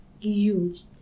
huge